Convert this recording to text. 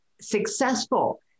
successful